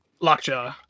Lockjaw